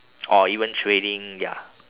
or even trading ya